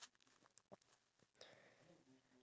I don't know then what's the king